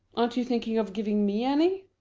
aren't you thinking of giving me any?